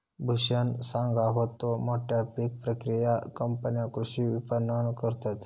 भूषण सांगा होतो, मोठ्या पीक प्रक्रिया कंपन्या कृषी विपणन करतत